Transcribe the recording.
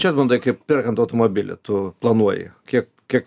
čia edmundai kaip perkant automobilį tu planuoji kiek kiek